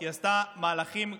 היא עשתה מהלכים גדולים.